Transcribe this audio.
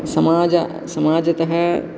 समाज समाजतः